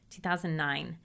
2009